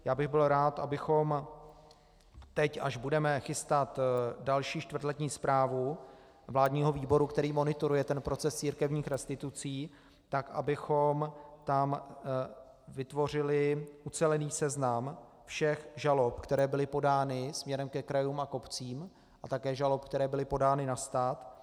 Byl bych rád, abychom teď, až budeme chystat další čtvrtletní zprávu vládního výboru, který monitoruje proces církevních restitucí, tak abychom tam vytvořili ucelený seznam všech žalob, které byly podány směrem ke krajům a k obcím, a také žalob, které byly podány na stát.